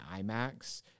IMAX